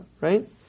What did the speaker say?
right